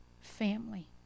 family